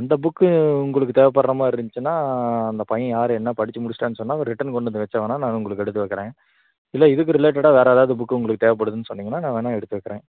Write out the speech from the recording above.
அந்த புக்கு உங்களுக்கு தேவப்பட்றமாரி இருந்துச்சின்னா அந்த பையன் யாரு என்ன படிச்சி முடிச்சிட்டான்னு சொன்னா அவன் ரிட்டன் கொண்டு வந்து வச்சா வேணா நானு உங்களுக்கு எடுத்து வைக்கறேன் இல்ல இதுக்கு ரிலேட்டடா வேற எதாவது புக்கு உங்களுக்கு தேவப்படுதுன்னு சொன்னீங்கன்னா நான் வேணா எடுத்து வைக்கறேன்